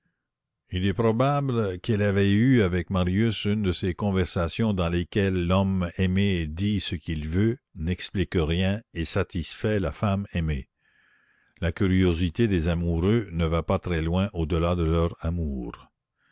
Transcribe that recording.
il est probable qu'elle avait eu avec marius une de ces conversations dans lesquelles l'homme aimé dit ce qu'il veut n'explique rien et satisfait la femme aimée la curiosité des amoureux ne va pas très loin au delà de leur amour